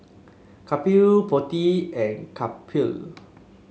Kapil Potti and Kapil